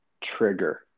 trigger